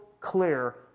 clear